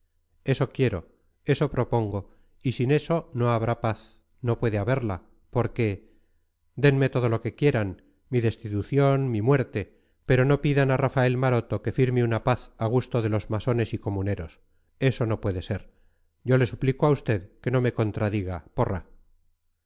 eso quiero eso propongo y sin eso no habrá paz no puede haberla porque denme todo lo que quieran mi destitución mi muerte pero no pidan a rafael maroto que firme una paz a gusto de los masones y comuneros eso no puede ser yo le suplico a usted que no me contradiga porra